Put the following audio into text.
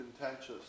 contentious